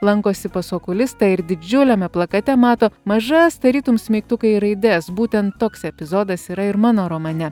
lankosi pas okulistą ir didžiuliame plakate mato mažas tarytum smeigtukai raides būtent toks epizodas yra ir mano romane